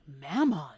Mammon